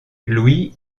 louis